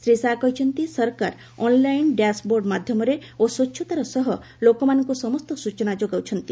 ଶ୍ରୀ ଶାହା କହିଛନ୍ତି ସରକାର online dashboard ମାଧ୍ୟମରେ ଓ ସ୍ୱଚ୍ଚତାର ସହ ଲୋକମାନଙ୍କୁ ସମସ୍ତ ସୂଚନା ଯୋଗାଉଛନ୍ତି